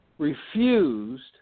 Refused